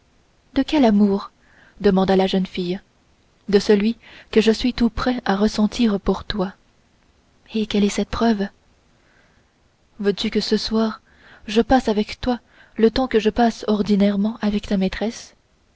de quel amour demanda la jeune fille de celui que je suis tout prêt à ressentir pour toi et quelle est cette preuve veux-tu que ce soir je passe avec toi le temps que je passe ordinairement avec ta maîtresse